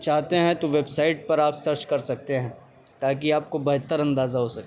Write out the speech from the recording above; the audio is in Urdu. چاہتے ہیں تو ویب سائٹ پر آپ سرچ کر سکتے ہیں تاکہ آپ کو بہتر اندازہ ہو سکے